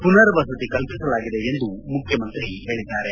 ಪುನರ್ವಸತಿ ಕಲ್ಲಿಸಲಾಗಿದೆ ಎಂದು ಮುಖ್ಯಮಂತ್ರಿ ಹೇಳಿದ್ದಾರೆ